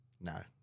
no